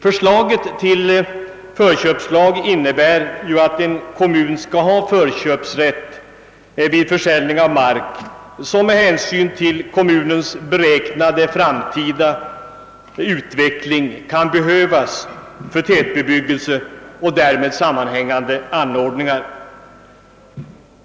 Förslaget till förköpslag innebär att en kommun skall ha förköpsrätt vid försäljning av mark, som med hänsyn till kommunens beräknade framtida utveckling kan behövas för tätbebyggelse och därmed sammanhängande anordningar.